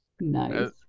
nice